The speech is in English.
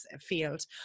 field